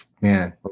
man